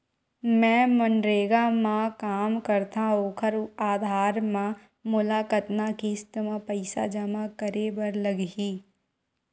मैं मनरेगा म काम करथव, ओखर आधार म मोला कतना किस्त म पईसा जमा करे बर लगही?